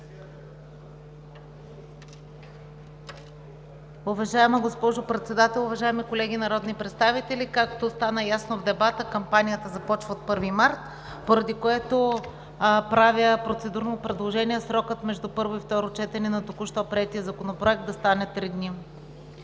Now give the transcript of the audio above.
Уважаема госпожо Председател, уважаеми колеги народни представители! Както стана ясно в дебата, кампанията започва от 1 март, поради което правя процедурно предложение срокът между първо и второ четене на току-що приетия Законопроект да стане три дни.